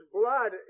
blood